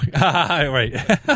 Right